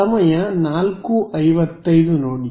ಸಮಯ 0455 ನೋಡಿ